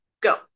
go